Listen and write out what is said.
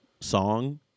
song